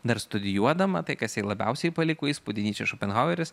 dar studijuodama tai kas jai labiausiai paliko įspūdį nyčė šopenhaueris